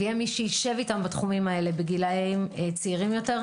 ויהיה מי שיישב איתם בתחומים האלה בגילאים צעירים יותר,